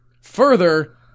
Further